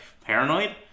paranoid